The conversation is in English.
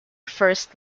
first